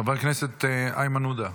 חבר הכנסת איימן עודה,